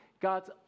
God's